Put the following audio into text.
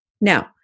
Now